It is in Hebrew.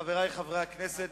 חברי חברי הכנסת,